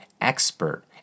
expert